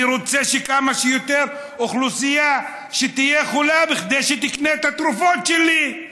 אני רוצה שכמה שיותר אוכלוסייה תהיה חולה כדי שתקנה את התרופות שלי.